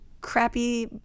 crappy